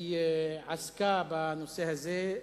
היא עסקה בנושא הזה,